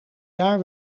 jaar